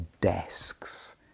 desks